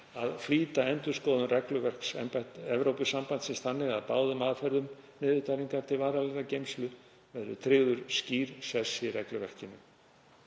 að flýta endurskoðun regluverks Evrópusambandsins þannig að báðum aðferðum niðurdælingar til varanlegrar geymslu verði tryggður skýr sess í regluverkinu.